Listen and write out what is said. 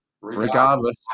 regardless